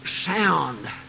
sound